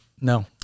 No